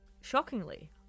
Shockingly